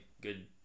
good